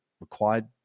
required